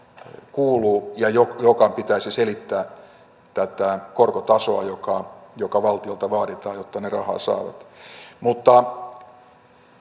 kuuluu ja jonka pitäisi selittää tätä korkotasoa joka joka valtiolta vaaditaan jotta ne rahaa saavat mutta